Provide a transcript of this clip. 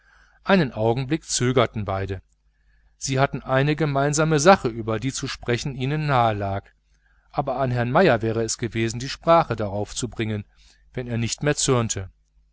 einen augenblick zögerten beide sie hatten ein gemeinsames interesse über das zu sprechen ihnen nahelag aber an herrn meier wäre es gewesen die sprache darauf zu bringen wenn er nicht mehr zürnte